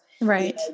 right